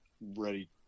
ready